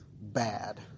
bad